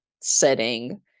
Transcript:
setting